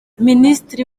minisitiri